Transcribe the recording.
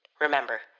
Remember